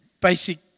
basic